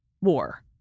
war